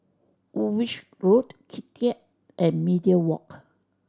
Woolwich Road Keat and Media Walk